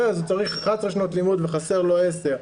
אז צריך 11 שנות לימוד ויש לו עשר,